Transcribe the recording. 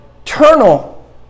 eternal